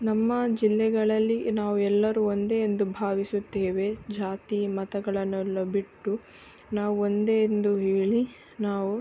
ನಮ್ಮ ಜಿಲ್ಲೆಗಳಲ್ಲಿ ನಾವೆಲ್ಲರು ಒಂದೇ ಎಂದು ಭಾವಿಸುತ್ತೇವೆ ಜಾತಿ ಮತಗಳನ್ನೆಲ್ಲ ಬಿಟ್ಟು ನಾವು ಒಂದೇ ಎಂದು ಹೇಳಿ ನಾವು